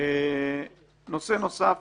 אדוני, נושא נוסף